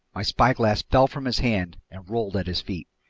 my spyglass fell from his hand and rolled at his feet.